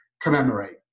commemorate